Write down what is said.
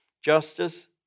justice